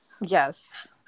Yes